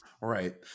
Right